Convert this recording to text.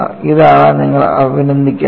ഇതാണ് നിങ്ങൾ അഭിനന്ദിക്കേണ്ടത്